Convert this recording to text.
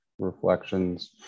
reflections